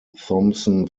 thompson